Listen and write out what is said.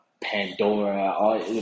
Pandora